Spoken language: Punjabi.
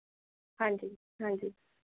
ਹਾਂਜੀ ਹਾਂਜੀ